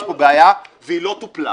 יש פה בעיה והיא לא טופלה.